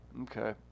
Okay